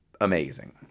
Amazing